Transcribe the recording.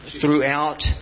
throughout